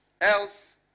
Else